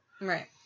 Right